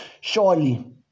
surely